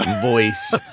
voice